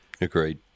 Agreed